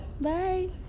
Bye